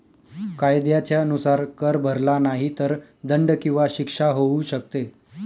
कायद्याच्या नुसार, कर भरला नाही तर दंड किंवा शिक्षा होऊ शकते